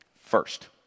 First